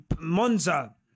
Monza